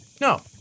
no